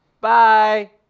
Bye